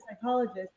psychologist